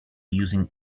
using